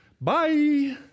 bye